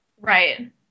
Right